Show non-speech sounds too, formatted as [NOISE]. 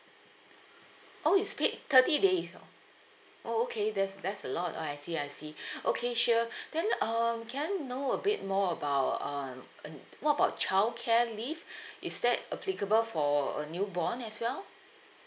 oh it's paid thirty days orh oh okay that's that's a lot oh I see I see [BREATH] okay sure [BREATH] then um can I know a bit more about um um what about childcare leave [BREATH] is that applicable for a newborn as well